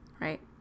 right